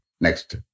Next